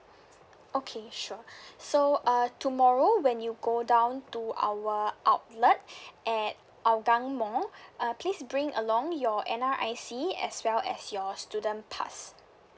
okay sure so uh tomorrow when you go down to our outlet at hougang mall uh please bring along your N_R_I_C as well as your student pass